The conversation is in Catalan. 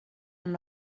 amb